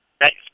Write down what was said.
Thanks